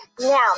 Now